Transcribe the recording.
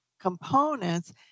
components